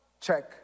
check